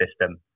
system